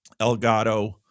Elgato